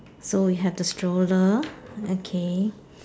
so you have the stroller okay